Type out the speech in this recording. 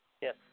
Yes